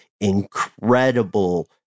incredible